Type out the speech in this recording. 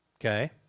Okay